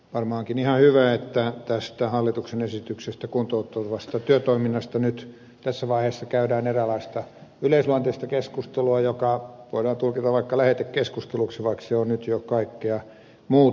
varmaankin ihan hyvä että tästä hallituksen esityksestä kuntouttavasta työtoiminnasta nyt tässä vaiheessa käydään eräänlaista yleisluonteista keskustelua joka voidaan tulkita vaikka lähetekeskusteluksi vaikka se on nyt jo kaikkea muuta